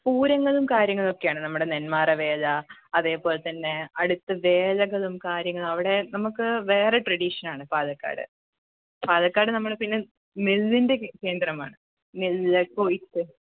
പൂരങ്ങളും കാര്യങ്ങളുമൊക്കെയാണ് നമ്മുടെ നെന്മാറ വേല അതേപോലെ തന്നെ അടുത്ത് വേലകളും കാര്യങ്ങളും അവിടെ നമുക്ക് വേറെ ട്രഡിഷനാണ് പാലക്കാട് പാലക്കാട് നമ്മുടെ പിന്നെ നെല്ലിൻറ്റെ കേന്ദ്രമാണ് നെല്ല് കൊയ്ത്ത്